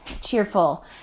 cheerful